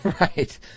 Right